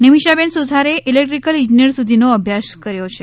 નિમિષાબેન સુથારે ઇલેદ્રિકલ ઈજનેર સુધીનો અભ્યાસ કર્યો છે